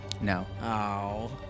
No